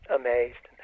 amazed